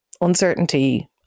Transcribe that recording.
uncertainty